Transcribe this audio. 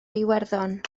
iwerddon